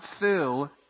fill